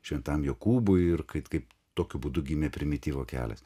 šventam jokūbui ir kaip kaip tokiu būdu gimė primityvo kelias